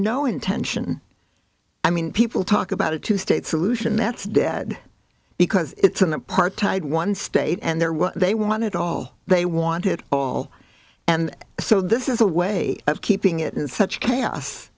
no intention i mean people talk about a two state solution that's dead because it's an apartheid one state and they're what they want it all they want it all and so this is a way of keeping it in such chaos